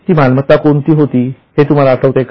ती मालमत्ता कोणती होती हे तुम्हाला आठवते का